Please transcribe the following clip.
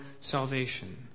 salvation